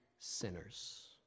sinners